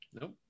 Nope